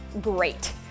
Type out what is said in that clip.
great